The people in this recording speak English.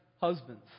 husbands